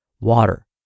Water